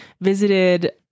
visited